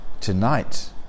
tonight